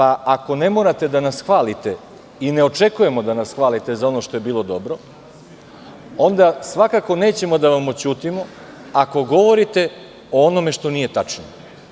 Ako ne morate da nas hvalite, i ne očekujemo da nas hvalite, za ono što je bilo dobro, onda svakako nećemo da vam oćutimo ako govorite o onome što nije tačno.